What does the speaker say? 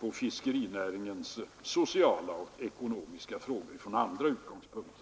på fiskerinäringens sociala och ekonomiska frågor från andra utgångspunkter.